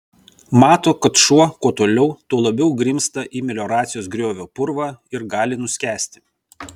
mato kad šuo kuo toliau tuo labiau grimzta į melioracijos griovio purvą ir gali nuskęsti